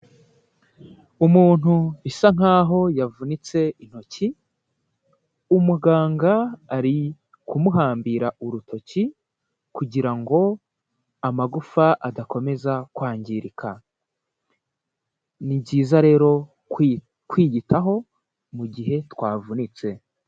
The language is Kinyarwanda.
Umuntu bisa nkaho yavunitse intoki, umuganga ari kumuhambira urutoki, kugira ngo amagufa adakomeza kwangirika, ni byiza rero kwiyitaho mu gihe twavunitse.